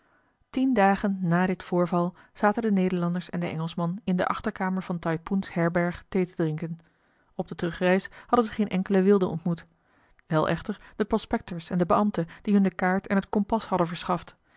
tien dagen na dit voorval zaten de nederlanders en de engelschman in de achterkamer van taipoens herberg thee te drinken op de terugreis hadden ze geen enkelen wilde ontmoet wel echter de prospectors en den beambte die hun de kaart en het kompas hadden verschaft